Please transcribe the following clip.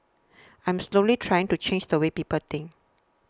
I'm slowly trying to change the way people think